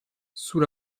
sous